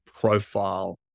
profile